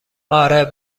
آره